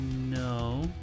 No